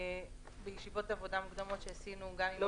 בישיבות עבודה מוקדמות שעשינו גם עם